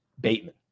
Bateman